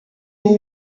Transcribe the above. who